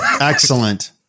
Excellent